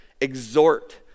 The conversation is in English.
exhort